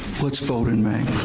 let's vote in may.